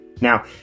Now